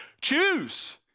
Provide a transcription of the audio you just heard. choose